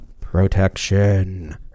protection